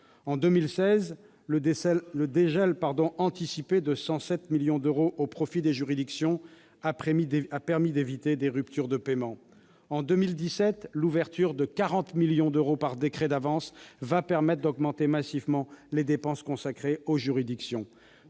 En 2016, le dégel anticipé de 107 millions d'euros au profit des juridictions a permis d'éviter des ruptures de paiement. En 2017, l'ouverture de 40 millions d'euros par décret d'avance va permettre d'augmenter massivement les dépenses consacrées aux juridictions.